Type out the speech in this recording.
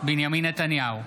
בנימין נתניהו,